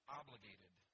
obligated